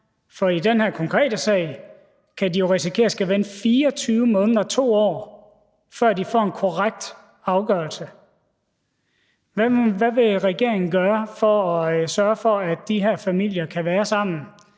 For i den her konkrete sag kan de jo risikere at skulle vente 24 måneder, altså 2 år, før de får en korrekt afgørelse. Hvad vil regeringen gøre for at sørge for, at de her familier kan være sammen,